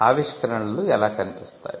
ఆవిష్కరణలు ఎలా కనిపిస్తాయి